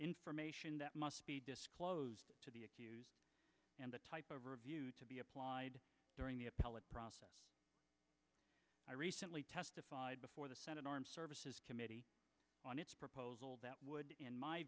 information that must be disclosed to the accused and the type of review to be applied during the appellate process i recently testified before the senate armed services committee on its proposal that would in my